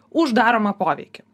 už daromą poveikį